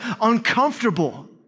uncomfortable